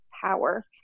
power